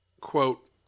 quote